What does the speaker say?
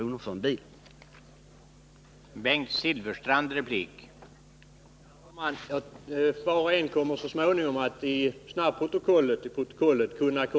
för att få parkera sin bil.